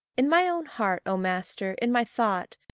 in my own heart, o master, in my thought,